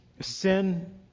sin